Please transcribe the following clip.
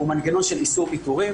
--- הוא מנגנון של איסור פיטורים